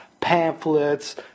pamphlets